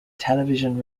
television